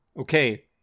Okay